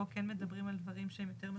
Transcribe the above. פה מדברים על דברים שהם יותר משמעותיים.